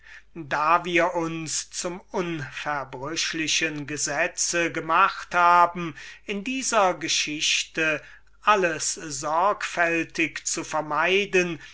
da wir uns zum unverbrüchlichen gesetze gemacht haben in dieser geschichte alles sorgfältig zu vermeiden